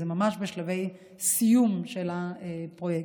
זה ממש בשלבי סיום של הפרויקט.